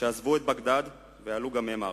שעזבו את בגדד ועלו גם הם ארצה.